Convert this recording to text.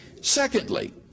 Secondly